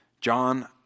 John